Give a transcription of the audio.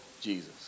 Jesus